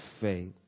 faith